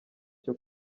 cyo